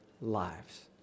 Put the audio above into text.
lives